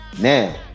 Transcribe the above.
now